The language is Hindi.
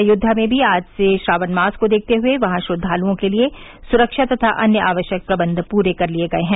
अयोध्या में भी आज से श्रावण मास को देखते हुये वहां श्रद्वालुओं के लिये सुरक्षा तथा अन्य आवश्यक प्रबंध पूरे कर लिये गये हैं